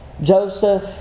Joseph